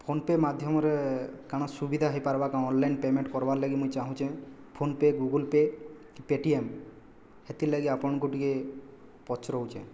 PhonePe ମାଧ୍ୟମରେ କାଣା ସୁବିଧା ହେଇପାର୍ବା କାଁ ଅନଲାଇନ ପେମେଣ୍ଟ କରିବାର୍ ଲାଗି ମୁଇଁ ଚାଁହୁଛେଁ ଫୋନ୍ପେ ଗୁଗୁଲ୍ପେ କି ପେଟିଏମ୍ ହେଥିର୍ ଲାଗି ଆପଣଙ୍କୁ ଟିକେ ପଚରଉଛେଁ